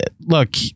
look